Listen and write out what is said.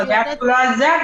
הבג"ץ הוא לא על זה.